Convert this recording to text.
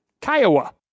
Kiowa